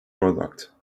product